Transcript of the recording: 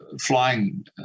flying